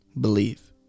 Believe